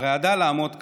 הרעדה לעמוד כאן,